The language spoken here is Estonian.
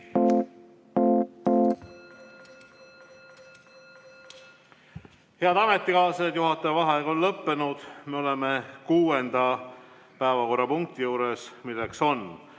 Head ametikaaslased! Juhataja vaheaeg on lõppenud, me oleme kuuenda päevakorrapunkti juures, milleks on